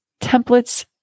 templates